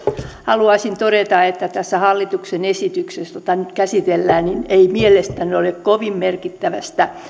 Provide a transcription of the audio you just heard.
haluaisin todeta että tässä hallituksen esityksessä jota nyt käsitellään ei mielestäni ole kovin merkittävästä